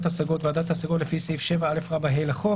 השגות" - ועדת השגות לפי סעיף 7א(ה) לחוק,